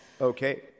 Okay